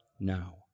now